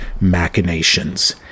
machinations